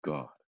God